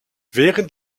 während